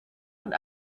und